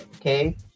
Okay